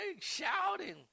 shouting